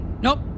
Nope